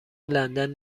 لندن